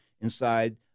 inside